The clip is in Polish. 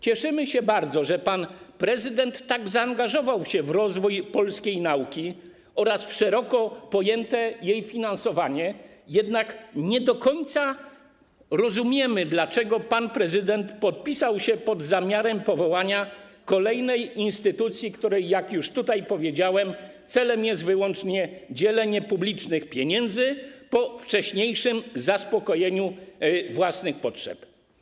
Cieszymy się bardzo, że pan prezydent tak zaangażował się w rozwój polskiej nauki oraz w szeroko pojęte jej finansowanie, jednak nie do końca rozumiemy, dlaczego pan prezydent podpisał się pod zamiarem powołania kolejnej instytucji, której celem jest wyłącznie, jak już tutaj powiedziałem, dzielenie publicznych pieniędzy po wcześniejszym zaspokojeniu własnych potrzeb.